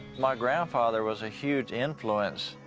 my grandfather was a huge influence.